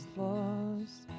lost